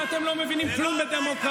אתם יודעים שאתם לא מבינים כלום בדמוקרטיה.